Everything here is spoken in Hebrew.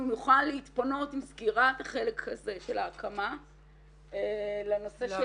מקווה שנוכל להתפנות עם סגירת החלק הזה של ההקמה לנושא של